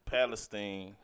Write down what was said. palestine